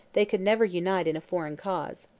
they could never unite in a foreign cause.